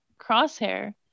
Crosshair